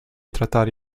trattare